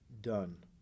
done